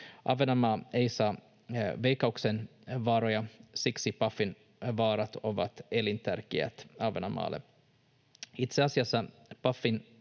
Ahvenanmaa ei saa Veikkauksen varoja. Siksi Pafin varat ovat elintärkeät Ahvenanmaalle. Itse asiassa Pafin